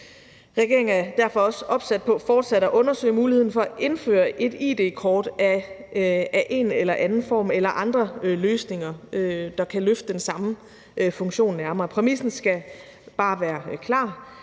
Regeringen er derfor også opsat på fortsat at undersøge muligheden for at indføre et id-kort af en eller anden form eller andre løsninger, der kan løfte den samme funktion, nærmere. Præmissen skal bare være klar: